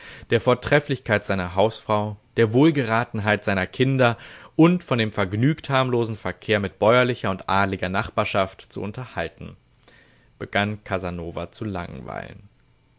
der vortrefflichkeit seiner hausfrau der wohlgeratenheit seiner kinder und von dem vergnügt harmlosen verkehr mit bäuerlicher und adliger nachbarschaft zu unterhalten begann casanova zu langweilen